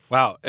Wow